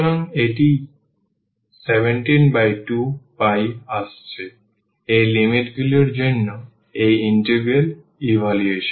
এবং এটি 172 আসছে এই লিমিটগুলির জন্য এই ইন্টিগ্রাল ইভালুয়েশন